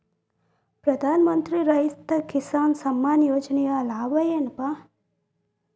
ಪ್ರಧಾನಮಂತ್ರಿ ರೈತ ಕಿಸಾನ್ ಸಮ್ಮಾನ ಯೋಜನೆಯ ಲಾಭ ಏನಪಾ?